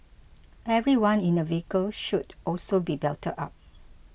everyone in a vehicle should also be belted up